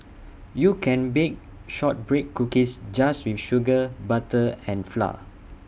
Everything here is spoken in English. you can bake Shortbread Cookies just with sugar butter and flour